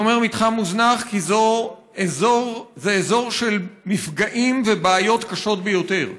אני אומר מתחם מוזנח כי זה אזור של מפגעים ובעיות קשות ביותר.